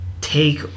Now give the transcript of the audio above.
take